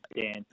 Dan